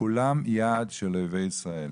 כולם יעד של אויבי ישראל.